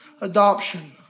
Adoption